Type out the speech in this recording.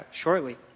shortly